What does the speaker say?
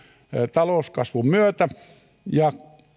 talouskasvun ja